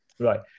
Right